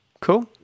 cool